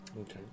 Okay